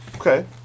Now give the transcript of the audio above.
Okay